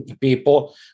people